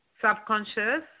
Subconscious